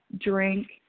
drink